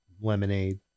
lemonade